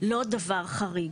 לא דבר חריג,